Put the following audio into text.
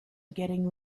getting